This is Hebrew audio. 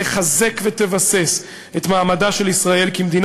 תחזק ותבסס את מעמדה של ישראל כמדינה